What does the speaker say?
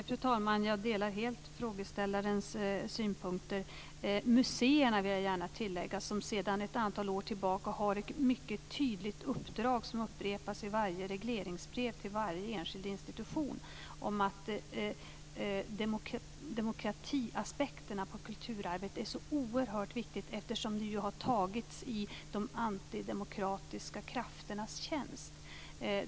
Fru talman! Jag delar helt frågeställarens synpunkter. Jag vill gärna tillägga att museerna sedan ett antal år tillbaka har ett mycket tydligt uppdrag, som upprepas i varje regleringsbrev till varje enskild institution, om att demokratiaspekterna på kulturarvet är så oerhört viktiga, eftersom det har tagits i de antidemokratiska krafternas tjänst.